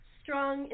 strong